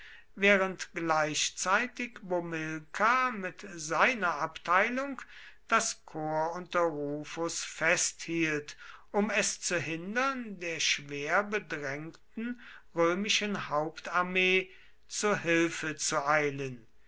während gleichzeitig bomilkar mit seiner abteilung das korps unter rufus festhielt um es zu hindern der schwer bedrängten römischen hauptarmee zu hilfe zu eilen